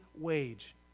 wage